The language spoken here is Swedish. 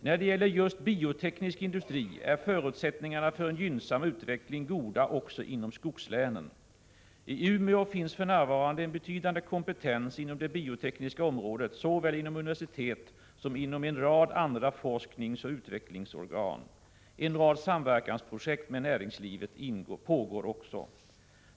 När det gäller just bioteknisk industri är förutsättningarna för en gynnsam utveckling goda också inom skogslänen. I Umeå finns för närvarande en betydande kompetens inom det biotekniska området såväl inom universitet som inom en rad andra forskningsoch utvecklingsorgan. En rad samverkansprojekt med näringslivet pågår också.